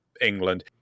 England